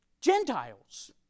Gentiles